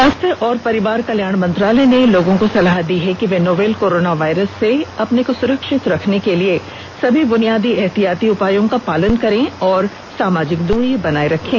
स्वास्थ्य और परिवार कल्याण मंत्रालय ने लोगों को सलाह दी है कि वे नोवल कोरोना वायरस से अपने को सुरक्षित रखने के लिए सभी बुनियादी एहतियाती उपायों का पालन करें और सामाजिक दूरी बनाए रखें